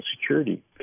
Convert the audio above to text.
security